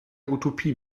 utopie